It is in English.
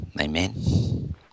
Amen